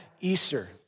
Easter